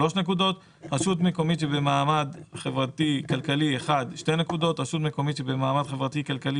רשות מקומית שבמעמד חברתי כלכלי 1 2 רשות מקומית שבמעמד חברתי כלכלי